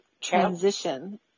transition